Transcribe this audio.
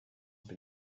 have